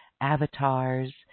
avatars